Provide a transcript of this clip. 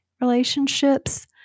relationships